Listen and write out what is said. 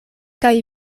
kaj